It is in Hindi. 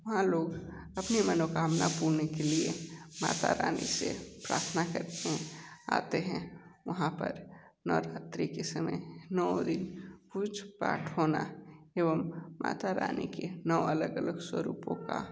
वहाँ लोग अपनी मानोकामना पूर्ण के लिए माता रानी से प्रार्थना करने आते हैं वहाँ पर नवरात्री के समय नौ दिन पूजा पाठ होना एवं माता रानी के नौ अलग अलग स्वरूपों का